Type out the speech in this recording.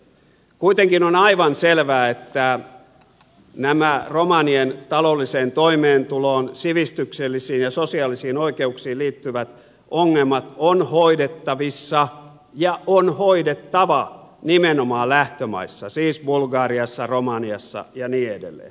kuitenkin on aivan selvää että nämä romanien taloudelliseen toimeentuloon sivistyksellisiin ja sosiaalisiin oikeuksiin liittyvät ongelmat on hoidettavissa ja on hoidettava nimenomaan lähtömaissa siis bulgariassa romaniassa ja niin edelleen